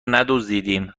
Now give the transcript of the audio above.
ندزدیدیم